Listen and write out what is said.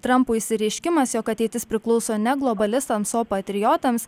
trampo išsireiškimas jog ateitis priklauso ne globalistams o patriotams